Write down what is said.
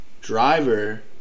driver